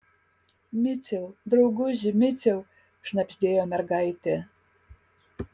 miciau drauguži miciau šnabždėjo mergaitė